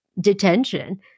detention